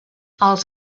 els